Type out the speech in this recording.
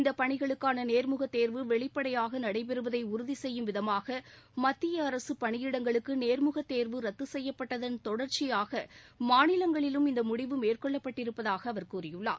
இந்தப் பணிகளுக்கான நேர்முகத் தேர்வு வெளிப்படையாக நடைபெறுவதை உறுதி செய்யும் விதமாக மத்திய அரசுப் பணியிடங்களுக்கு நேர்முகத் தேர்வு ரத்து செய்யப்பட்டதன் தொடர்ச்சியாக மாநிலங்களிலும் இந்த முடிவு மேற்கொள்ளப்பட்டிருப்பதாக அவர் கூறியுள்ளார்